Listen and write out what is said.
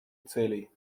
целей